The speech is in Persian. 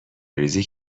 ریزی